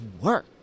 work